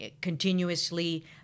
continuously